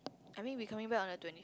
I mean we coming back on the twenty